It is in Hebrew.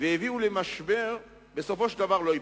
והביאו למשבר בסופו של דבר לא ייפגעו,